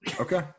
Okay